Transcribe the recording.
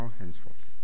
henceforth